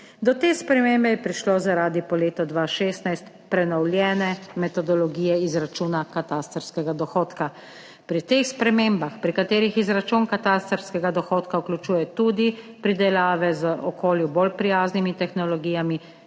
Do te spremembe je prišlo zaradi po letu 2016 prenovljene metodologije izračuna katastrskega dohodka. Pri teh spremembah, pri katerih izračun katastrskega dohodka vključuje tudi pridelave z okolju bolj prijaznimi tehnologijami,